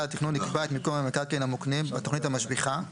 התכנון יקבע את מיקום המקרקעין המוקנים בתוכנית המשביחה,